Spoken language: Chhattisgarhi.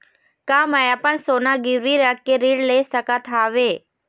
का मैं अपन सोना गिरवी रख के ऋण ले सकत हावे?